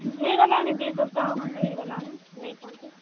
ହେଇଗଲାଣି ଦୁଇ ସପ୍ତାହ ଖଣ୍ଡେ ହେଇଗଲାଣି ନେଇଛନ୍ତି